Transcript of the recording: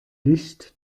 licht